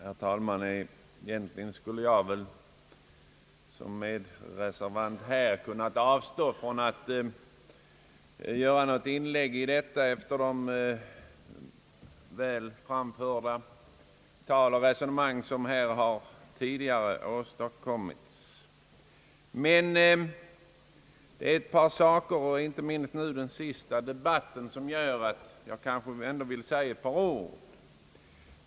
Herr talman! Efter de väl förda resonemang som här har åstadkommits skulle jag väl såsom medreservant egentligen ha kunnat avstå från att göra ett inlägg i denna debatt. Det är dock ett par saker, inte minst det senaste meningsutbytet, som gör att jag ändå vill säga några ord.